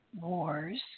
wars